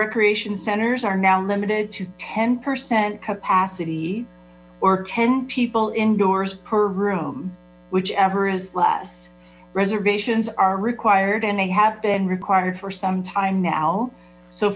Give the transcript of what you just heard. recreation centers are now limited to ten percent capacity or ten people indoors per room whichever is less reservations are required and they have been required for some time now so